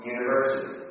University